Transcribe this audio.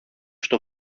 στο